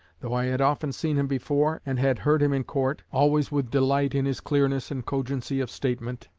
though i had often seen him before, and had heard him in court always with delight in his clearness and cogency of statement,